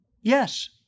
yes